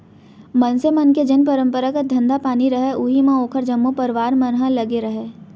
मनसे मन के जेन परपंरागत धंधा पानी रहय उही म ओखर जम्मो परवार मन ह लगे रहय